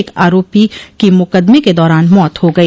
एक आरोपी की मुकदमे के दौरान मौत हो गई